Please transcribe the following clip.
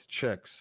checks